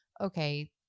okay